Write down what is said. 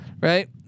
right